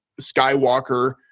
Skywalker